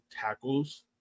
tackles